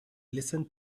listened